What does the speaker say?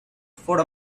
for